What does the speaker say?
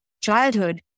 Childhood